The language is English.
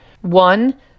One